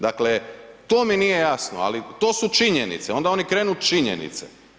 Dakle to mi nije jasno, ali to su činjenice, onda oni krenu činjenice.